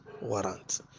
warrant